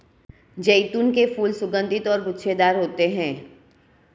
जैतून के फूल सुगन्धित और गुच्छेदार होते हैं